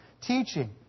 teaching